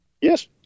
Yes